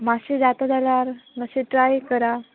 मातशें जाता जाल्यार मातशें ट्राय करा